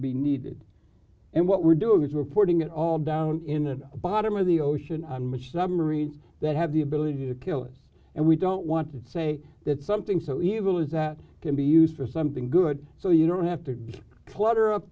be needed and what we're doing is we're putting it all down in a bottom of the ocean on which the marine that have the ability to kill it and we don't want to say that something so evil is that can be used for something good so you don't have to clutter up